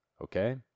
okay